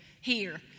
here